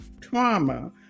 trauma